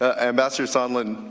ambassador sondland,